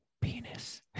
penis